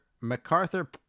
MacArthur